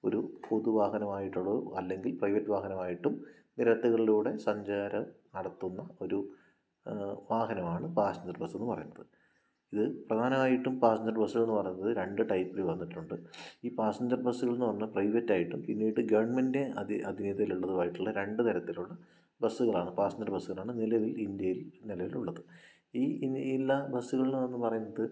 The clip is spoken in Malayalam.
ഒരു പൊതു വാഹനമായിട്ടുള്ളതും അല്ലെങ്കിൽ പ്രൈവറ്റ് വാഹനമായിട്ടും നിരത്തുകളിലൂടെ സഞ്ചാരം നടത്തുന്ന ഒരു വാഹനമാണ് പാസഞ്ചർ ബസ്സ് എന്നു പറയുന്നത് ഇത് പ്രധാനമായിട്ടും പാസഞ്ചർ ബസ്സ് എന്നു പറയുന്നത് രണ്ട് ടൈപ്പിൽ വന്നിട്ടുണ്ട് ഈ പാസഞ്ചർ ബസ്സുകൾ എന്നു പറഞ്ഞാൽ പ്രൈവറ്റായിട്ടും പിന്നീട് ഗവൺമെൻ്റിൻ്റെ അധീനതയിലുള്ളതുമായിട്ടുള്ള രണ്ട് തരത്തിലുള്ള ബസ്സുകളാണ് പാസഞ്ചർ ബസ്സുകളാണ് നിലവിൽ ഇന്ത്യയിൽ നിലവിലുള്ളത് ഈ എല്ലാ ബസ്സുകൾ എന്നു പറയുന്നത്